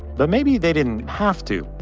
but maybe they didn't have to.